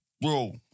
Bro